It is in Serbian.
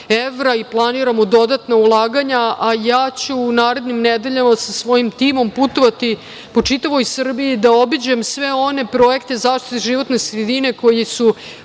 i planiramo dodatna ulaganja, a ja ću u narednim nedeljama sa svojim timom putovati po čitavoj Srbiji da obiđem sve one projekte zaštite životne sredine koji su